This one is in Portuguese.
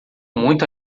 muito